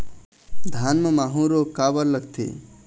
धान म माहू रोग काबर लगथे?